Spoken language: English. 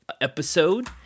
episode